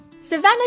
Savannah